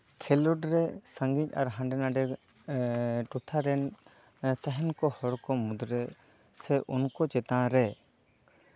ᱠᱷᱮᱞᱳᱰ ᱨᱮ ᱥᱟᱺᱜᱤᱧ ᱟᱨ ᱦᱟᱱᱰᱮ ᱱᱟᱰᱮ ᱴᱚᱴᱷᱟ ᱨᱮᱱ ᱛᱟᱦᱮᱱ ᱠᱚ ᱦᱚᱲᱠᱚ ᱢᱩᱫᱽ ᱨᱮ ᱥᱮ ᱩᱱᱠᱩ ᱪᱮᱛᱟᱱᱨᱮ